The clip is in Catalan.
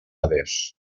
adés